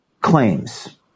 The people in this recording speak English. claims